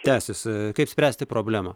tęsis kaip spręsti problemą